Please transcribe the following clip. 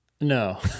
No